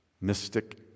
Mystic